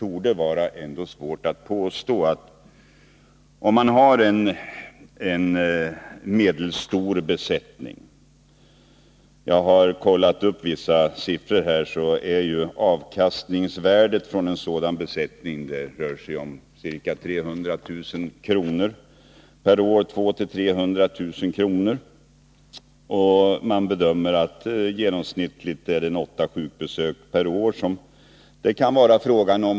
Om man har en medelstor besättning — jag har kollat upp vissa siffror — så är avkastningsvärdet från en sådan besättning 200 000-300 000 kr. per år. Det bedöms att det genomsnittligt kan vara fråga om åtta sjukbesök per år.